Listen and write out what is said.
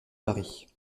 paris